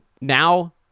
now